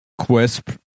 Quisp